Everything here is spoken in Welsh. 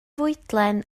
fwydlen